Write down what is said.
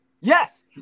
yes